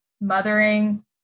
mothering